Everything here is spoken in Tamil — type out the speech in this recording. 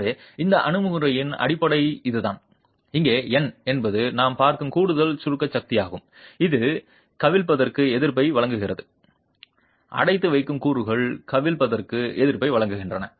எனவே இந்த அணுகுமுறையின் அடிப்படை இதுதான் இங்கே Ni என்பது நாம் பார்க்கும் கூடுதல் சுருக்க சக்தியாகும் இது கவிழ்ப்பதற்கு எதிர்ப்பை வழங்குகிறது அடைத்து வைக்கும் கூறுகள் கவிழ்ப்பதற்கு எதிர்ப்பை வழங்குகின்றன